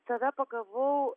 save pagavau